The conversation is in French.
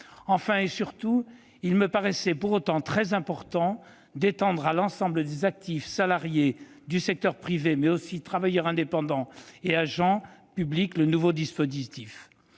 Enfin, et surtout, il me paraissait très important d'étendre à l'ensemble des actifs, salariés du secteur privé, mais aussi travailleurs indépendants et agents publics, le nouveau dispositif.